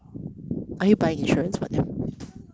are you buying insurance for them